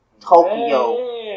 Tokyo